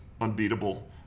unbeatable